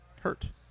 hurt